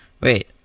Wait